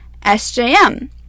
SJM